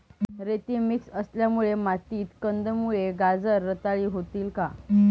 रेती मिक्स असलेल्या मातीत कंदमुळे, गाजर रताळी होतील का?